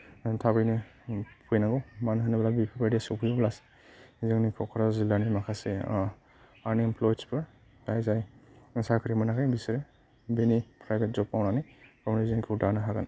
थाबैनो फैनांगौ मानो होनोब्ला बेफोरबायदि सफैयोब्लासो जोंनि क'क्राझार जिल्लानि माखासे आनएमप्ल'यद्सफोर जाय जाय साख्रि मोनाखै बिसोर बेनि प्राइभेट जब मावनानै गावनि जिउखौ दानो हागोन